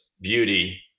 beauty